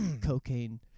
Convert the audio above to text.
cocaine